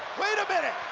wait a minute!